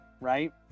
right